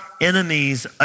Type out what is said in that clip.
enemies